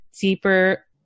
deeper